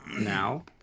now